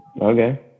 okay